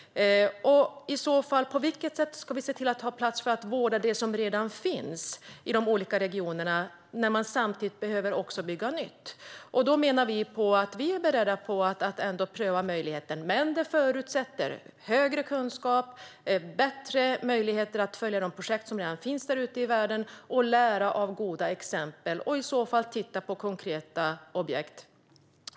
Och på vilket sätt ska vi i så fall se till att ha utrymme att vårda det som redan finns i de olika regionerna, när man samtidigt också behöver bygga nytt? Vi är beredda att pröva möjligheten, men det förutsätter högre kunskap och bättre möjligheter att följa de projekt som redan finns ute i världen samt att vi lär av goda exempel och tittar på konkreta objekt.